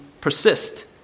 persist